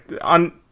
on